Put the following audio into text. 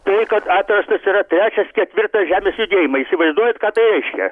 tai kad atrastas yra trečias ketvirtas žemės judėjimai įsivaizduojat ką tai reiškia